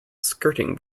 skirting